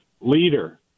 leader